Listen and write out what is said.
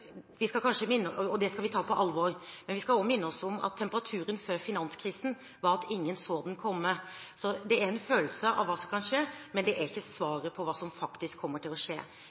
det skal vi ta på alvor. Men vi skal også minne oss om temperaturen som var før finanskrisen – og at ingen så den komme. Så dette er en følelse av hva som kan skje, men det er ikke svaret på hva som faktisk kommer til å skje.